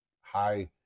high